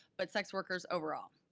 but sex workers overall?